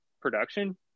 production